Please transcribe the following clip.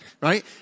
right